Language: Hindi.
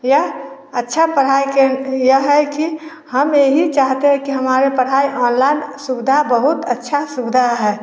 या अच्छा पढ़ाई किया हैं की हम यही चाहते है की हमारा पढ़ाई ऑनलाइन सुविधा बहुत अच्छ सुविधा है